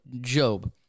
Job